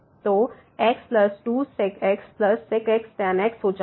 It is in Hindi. तो x 2 sec x sec x tan x हो जाएगा